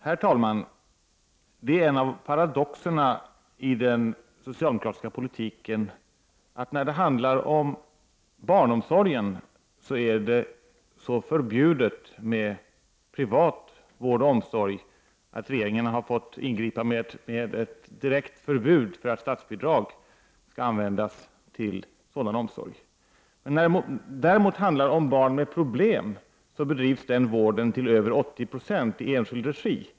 Herr talman! Det är en av paradoxerna i den socialdemokratiska politiken att när det handlar om barnomsorg är det så förbjudet med privat vård och omsorg att regeringen har fått ingripa med ett direkt förbud mot att statsbidrag skall användas till sådan omsorg. När det däremot handlar om barn med problem bedrivs den vården till över 80 90 i enskild regi.